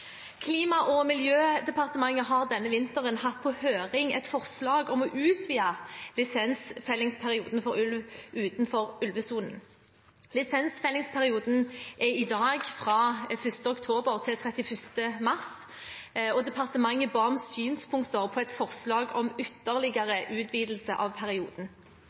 Klima- og miljødepartementet har denne vinteren hatt på høring et forslag om å utvide lisensfellingsperioden for ulv utenfor ulvesonen. Lisensfellingsperioden er i dag fra 1. oktober til 31. mars, og departementet ba om synspunkter på et forslag om ytterligere utvidelse av perioden.